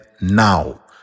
now